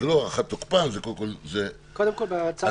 זה לא הארכת תוקפן --- קודם כול בהצעת החוק.